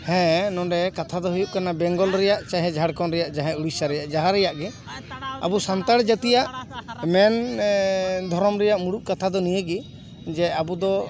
ᱦᱮᱸ ᱱᱚᱰᱮ ᱠᱟᱛᱷᱟ ᱫᱚ ᱦᱩᱭᱩᱜ ᱠᱟᱱᱟ ᱵᱮᱝᱜᱚᱞ ᱨᱮᱭᱟᱜ ᱪᱟᱦᱮ ᱡᱷᱟᱲᱠᱷᱚᱸᱰ ᱨᱮᱭᱟᱜ ᱪᱟᱦᱮ ᱳᱰᱤᱥᱟ ᱨᱮᱭᱟᱜ ᱡᱟᱦᱟᱸ ᱨᱮᱭᱟᱜ ᱜᱮ ᱟᱵᱚ ᱥᱟᱱᱛᱟᱲ ᱡᱟᱹᱛᱤᱭᱟᱜ ᱢᱮᱱ ᱫᱷᱚᱨᱚᱢ ᱨᱮᱭᱟᱜ ᱢᱩᱬᱩᱛ ᱠᱟᱛᱷᱟ ᱫᱚ ᱱᱤᱭᱟᱹ ᱜᱮ ᱡᱮ ᱟᱵᱚ ᱫᱚ